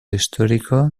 histórico